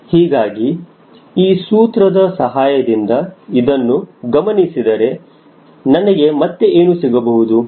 ಹೀಗಾಗಿ ಈ ಸೂತ್ರದ ಸಹಾಯದಿಂದ ಇದನ್ನು ಗಮನಿಸಿದರೆ ನನಗೆ ಮತ್ತೆ ಏನು ಸಿಗಬಹುದು